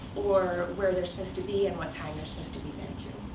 or where they're supposed to be, and what time they're supposed to be there, too.